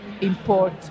import